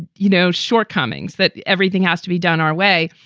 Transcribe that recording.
you know, shortcomings, that everything has to be done our way.